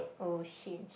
oh shit